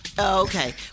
Okay